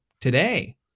today